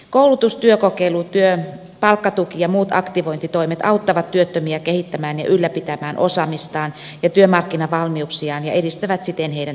koulutus työkokeilu palkkatuki ja muut aktivointitoimet auttavat työttömiä kehittämään ja ylläpitämään osaamistaan ja työmarkkinavalmiuksiaan ja edistävät siten heidän työllistymistään